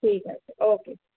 ঠিক আছে ওকে হ্যাঁ